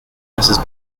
mrs